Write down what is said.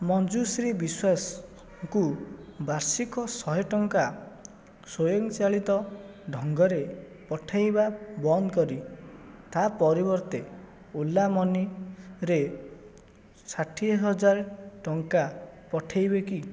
ମଞ୍ଜୁଶ୍ରୀ ବିଶ୍ୱାସ ଙ୍କୁ ବାର୍ଷିକ ଶହେ ଟଙ୍କା ସ୍ୱୟଂ ଚାଳିତ ଢଙ୍ଗରେ ପଠାଇବା ବନ୍ଦକରି ତା' ପରିବର୍ତ୍ତେ ଓଲା ମନି ରେ ଷାଠିଏହଜାର ଟଙ୍କା ପଠେଇବେ କି